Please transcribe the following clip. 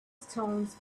stones